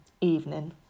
evening